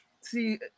see